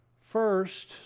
first